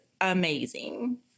amazing